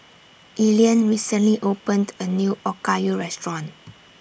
Elian recently opened A New Okayu Restaurant